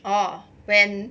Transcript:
oh when